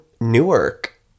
Newark